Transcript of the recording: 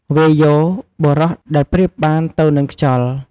វាយោ បុរសដែលប្រៀបបានទៅនឹងខ្យល់។